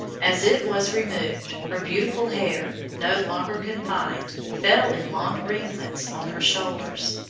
as it was removed, her beautiful hair, no longer confined, fell in long ringlets on her shoulders.